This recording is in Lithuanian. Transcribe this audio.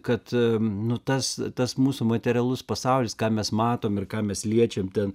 kad nu tas tas mūsų materialus pasaulis ką mes matom ir ką mes liečiam ten